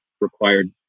required